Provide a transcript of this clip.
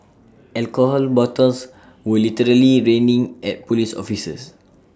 alcohol bottles were literally raining at Police officers